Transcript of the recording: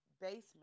basement